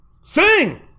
sing